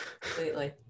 Completely